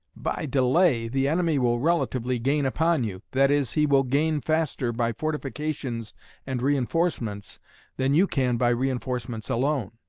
by delay, the enemy will relatively gain upon you that is, he will gain faster by fortifications and reinforcements than you can by reinforcements alone.